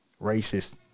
racist